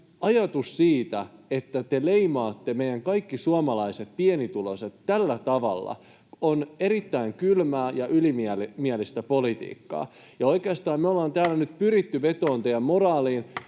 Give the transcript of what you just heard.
ajatuksenne siitä, että te leimaatte meidän kaikki suomalaiset pienituloiset tällä tavalla, on erittäin kylmää ja ylimielimielistä politiikkaa. Oikeastaan me ollaan täällä nyt pyritty [Puhemies